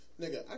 nigga